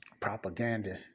propaganda